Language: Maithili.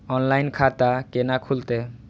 ऑनलाइन खाता केना खुलते?